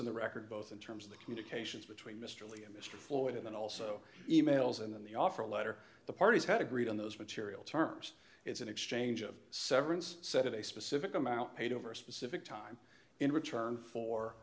in the record both in terms of the communications between mr lee and mr ford and also e mails and in the offer letter the parties had agreed on those material terms it's an exchange of severance set of a specific amount paid over a specific time in return for